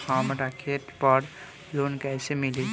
हमरा खेत पर लोन कैसे मिली?